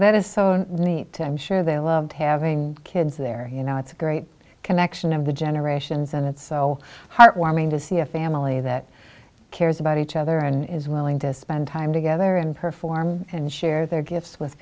that is so neat i'm sure they loved having kids there you know it's a great connection of the generations and it's so heartwarming to see a family that cares about each other and is willing to spend time together and perform and share their gifts with